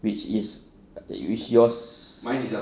which is which yours